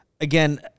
Again